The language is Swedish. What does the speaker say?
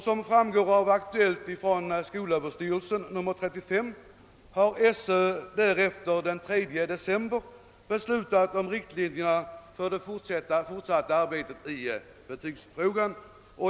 Som framgår av Aktuellt från Skolöverstyrelsen nr 35 har skolöverstyrelsen därefter den 3 december beslutat om riktlinjerna för det fortsatta arbetet i betygsfrågan.